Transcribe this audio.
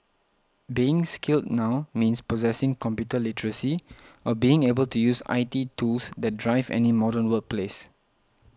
being skilled now means possessing computer literacy or being able to use I T tools that drive any modern workplace